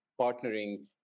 partnering